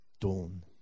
dawn